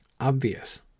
obvious